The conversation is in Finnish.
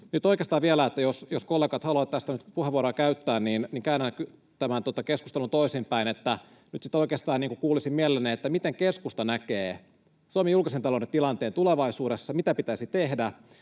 nyt oikeastaan vielä, jos kollegat haluavat tästä nyt puheenvuoron käyttää, käännän tämän keskustelun toisinpäin, että nyt oikeastaan kuulisin mielelläni, miten keskusta näkee Suomen julkisen talouden tilanteen tulevaisuudessa, mitä pitäisi tehdä.